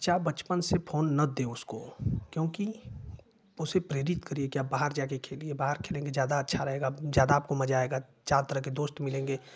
बच्चा बचपन से फोन न दें उसको क्योंकि उसे प्रेरित कीजिये की बाहर जा कर खेलिए बाहर खेलेंगे ज़्यादा अच्छा रहेगा ज़्यादा आपको मज़ा आएगा चार तरह के दोस्त मिलेंगे